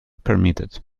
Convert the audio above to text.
permitted